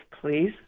please